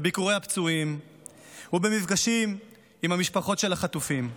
בביקורי הפצועים ובמפגשים עם המשפחות של החטופים.